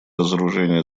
разоружения